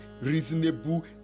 reasonable